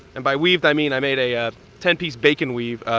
and by weaved i mean i made a ah ten piece bacon weave.